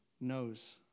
knows